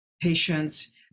patients